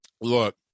Look